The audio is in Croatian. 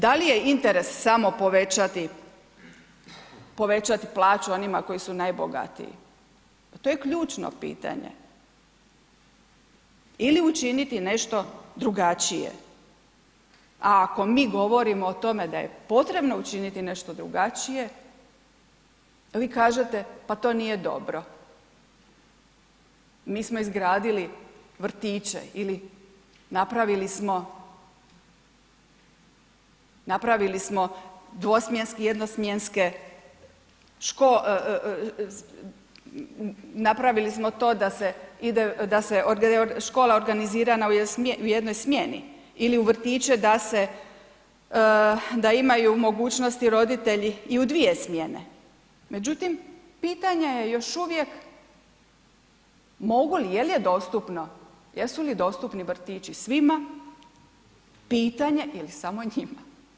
Da li je interes samo povećati plaću onima koji su najbogatiji, pa to je ključno pitanje ili učiniti nešto drugačije a ako mi govorimo o tome da je potrebno učiniti nešto drugačije, vi kažete pa to nije dobro. mi smo izgradili vrtiće ili napravili smo dvosmjenski, jednosmjenske, napravili smo to da se škola organizira u jednoj smjeni ili u vrtiće da imaju mogućnosti roditelji i u dvije smjene, međutim pitanje je još uvijek mogu li, je li je dostupno, jesu li dostupni vrtići svima, pitanje, ili samo njima.